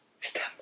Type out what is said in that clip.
Stop